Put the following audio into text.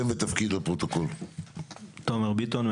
תומר ביטון,